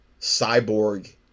cyborg